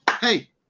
hey